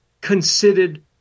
considered